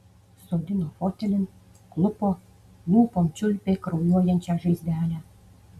sodino fotelin klupo lūpom čiulpė kraujuojančią žaizdelę